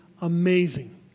amazing